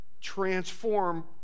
transform